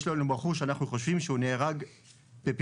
יש לנו בחור שאנחנו חושבים שהוא נהרג בפיגוע".